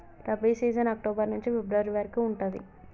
rabi season October నుంచి February వరకు ఉంటది